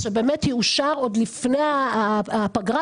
אז שבאמת יאושר עוד לפני הפגרה,